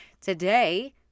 today